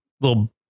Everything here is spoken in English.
little